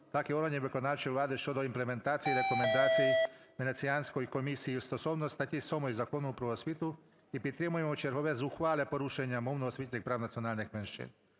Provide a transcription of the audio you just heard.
так і органів виконавчої влади щодо імплементації рекомендацій Венеціанської комісії стосовно статті 7 Закону "Про освіту" і підтримуємо чергове зухвале порушення мовно-освітніх прав національних меншин.